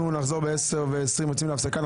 אנחנו יוצאים להפסקה,